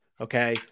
Okay